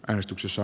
äänestyksessä